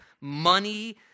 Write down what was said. money